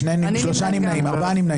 הצבעה לא אושרה נפל.